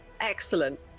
Excellent